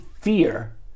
fear